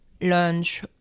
lunch